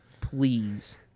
Please